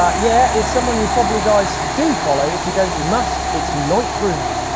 um yeah, it's someone you, probably, guys do follow. if you don't, you must. it's loic bruni.